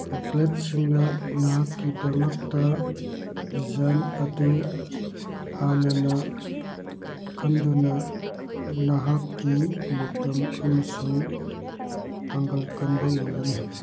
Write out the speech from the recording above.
ꯇꯦꯝꯄ꯭ꯂꯦꯠꯁꯤꯡꯅ ꯅꯍꯥꯛꯛꯤꯗꯃꯛ ꯗꯤꯖꯥꯏꯟ ꯑꯗꯨ ꯍꯥꯟꯅꯅ ꯈꯟꯗꯨꯅ ꯅꯍꯥꯛꯀꯤ ꯃꯇꯝ ꯑꯃꯁꯨꯡ ꯄꯥꯡꯒꯜ ꯀꯟꯕ ꯉꯝꯒꯅꯤ